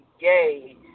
gay